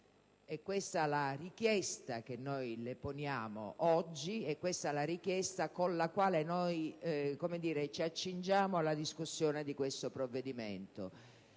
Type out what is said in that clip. È questa la richiesta che le poniamo oggi. È questa la richiesta con la quale ci accingiamo alla discussione di questo provvedimento,